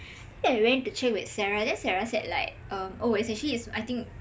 then I went to check with sara then sara said like oh is actually is I think